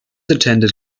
attended